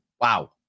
Wow